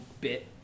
bit